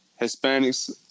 Hispanics